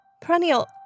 Perennial